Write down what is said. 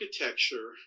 architecture